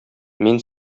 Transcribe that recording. мин